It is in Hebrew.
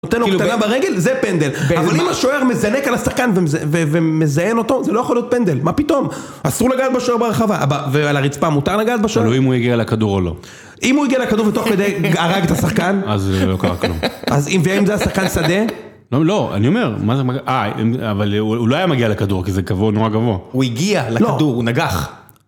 נותן לו קטנה ברגל, זה פנדל, אבל אם השוער מזנק על השחקן ומזיין אותו, זה לא יכול להיות פנדל, מה פתאום? אסור לגעת בשוער ברחבה, ועל הרצפה מותר לגעת בשוער? תלוי אם הוא הגיע לכדור או לא. אם הוא הגיע לכדור ותוך כדי הרג את השחקן? אז לא קרה כלום. אז ואם זה היה שחקן שדה? לא, אני אומר, מה זה, אה, אבל הוא לא היה מגיע לכדור, כי זה נורא גבוה. הוא הגיע לכדור, הוא נגח.